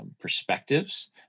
perspectives